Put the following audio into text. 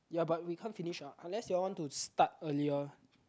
ya but we can't finish ah unless you all want to start earlier